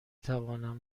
توانم